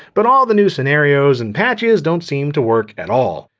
but all the new scenarios and patches don't seem to work at all.